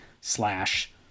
slash